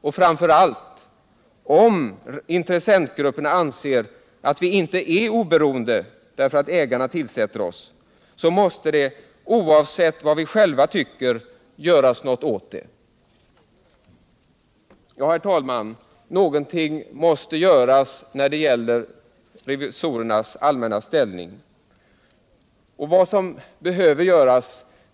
Och framför allt, om intressentgrupperna anser att vi inte är oberoende därför att ägarna tillsätter oss, så måste det — oavsett vad vi själva tycker — göras något åt det.” Herr talman! Någonting måste göras när det gäller revisorernas allmänna ställning. Och vad man bl.a. behöver göra